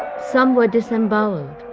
some were disembowelled.